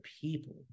people